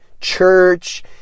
church